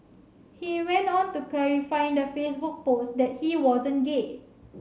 he went on to clarify in the Facebook post that he wasn't gay